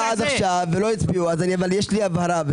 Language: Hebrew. כל בן אדם שנכנס ויוצא או כל פעולה שנעשית